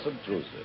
obtrusive